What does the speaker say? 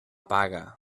paga